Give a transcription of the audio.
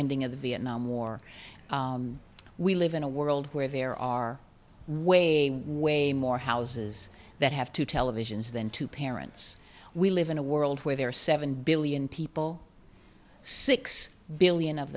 ending of the vietnam war we live in a world where there are way way more houses that have to televisions than two parents we live in a world where there are seven billion people six billion of